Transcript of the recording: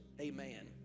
amen